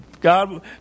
God